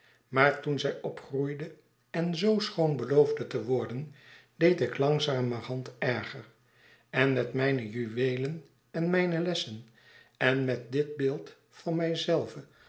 maar toen zij opgroeide en zoo schoon beloofde te worden deed ik langzamerhand erger en met mijne j uweelen en mijne lessen en met dit beeld van